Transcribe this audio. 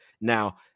Now